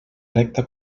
recta